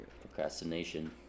Procrastination